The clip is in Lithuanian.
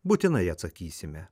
būtinai atsakysime